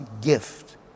gift